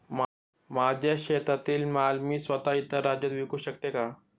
माझ्या शेतातील माल मी स्वत: इतर राज्यात विकू शकते का?